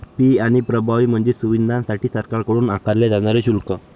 fee आणि प्रभावी म्हणजे सुविधांसाठी सरकारकडून आकारले जाणारे शुल्क